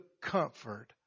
comfort